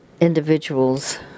individuals